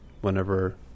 whenever